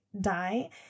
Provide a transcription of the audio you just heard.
die